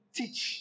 teach